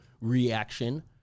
reaction